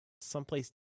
someplace